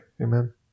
Amen